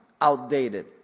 outdated